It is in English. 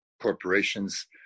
corporations